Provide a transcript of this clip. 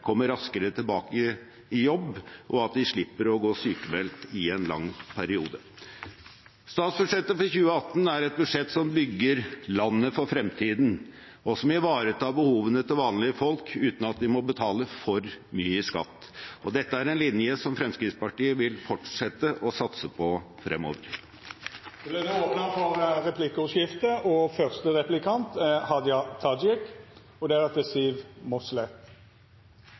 kommer raskere tilbake i jobb, og at de slipper å gå sykmeldt i en lang periode. Statsbudsjettet for 2018 er et budsjett som bygger landet for fremtiden, og som ivaretar behovene til vanlige folk uten at de må betale for mye i skatt. Dette er en linje som Fremskrittspartiet vil fortsette å satse på fremover. Det vert replikkordskifte. Representanten Limi snakka litt om vanlege folk, og det er